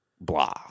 blah